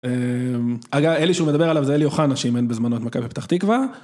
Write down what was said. אגב, אלי שהוא מדבר עליו זה אלי אוחנה, שאימן בזמנו את מכסי פתח תקווה.